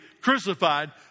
crucified